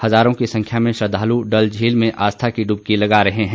हजारों की संख्या में श्रद्धालु डल झील में आस्था की डबकी लगा रहे हैं